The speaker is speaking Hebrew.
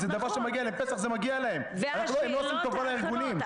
פסח מגיע להם, הם לא עושים טובה לארגונים.